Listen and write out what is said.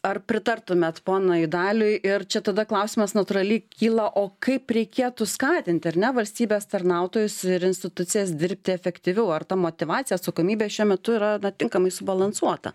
ar pritartumėt ponui daliui ir čia tada klausimas natūraliai kyla o kaip reikėtų skatinti ar ne valstybės tarnautojus ir institucijas dirbti efektyviau ar ta motyvacija atsakomybė šiuo metu yra tinkamai subalansuota